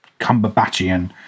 cumberbatchian